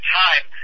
time